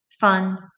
fun